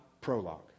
prologue